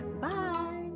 bye